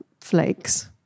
flakes